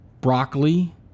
broccoli